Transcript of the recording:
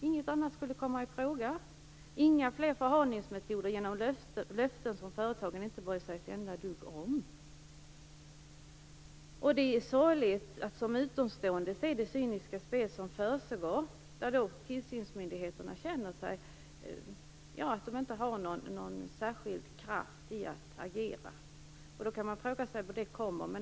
Inget annat borde komma i fråga - ingen förhalning genom löften, som företagen inte bryr sig om ett enda dugg. Det är sorgligt att som utomstående se det cyniska spel som försiggår. Tillsynsmyndigheterna känner att de inte har någon särskild kraft att agera. Man kan fråga sig hur det kommer sig.